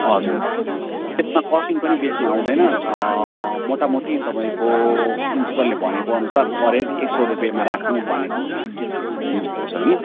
हजुर त्यसमा कस्टिङ पनि बेसी आउँदैन मोटामोटी तपाईँको प्रिन्सिपलले भनेको अनुसार पर हेड एक सौ रुपियाँमा राखौँ भनेको भन्नुभएको छ कि